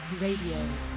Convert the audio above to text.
Radio